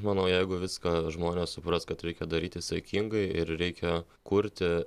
manau jeigu viską žmonės supras kad reikia daryti saikingai ir reikia kurti